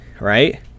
right